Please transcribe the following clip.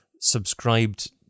subscribed